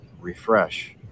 refresh